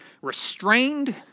restrained